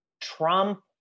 Trump